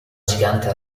gigante